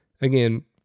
Again